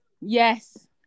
Yes